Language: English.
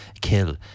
kill